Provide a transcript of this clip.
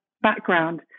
background